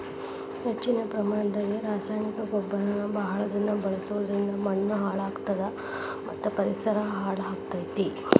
ಹೆಚ್ಚಿನ ಪ್ರಮಾಣದಾಗ ರಾಸಾಯನಿಕ ಗೊಬ್ಬರನ ಬಹಳ ದಿನ ಬಳಸೋದರಿಂದ ಮಣ್ಣೂ ಹಾಳ್ ಆಗ್ತದ ಮತ್ತ ಪರಿಸರನು ಹಾಳ್ ಆಗ್ತೇತಿ